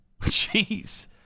Jeez